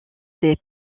des